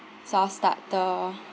so I'll start the